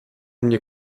mnie